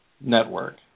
network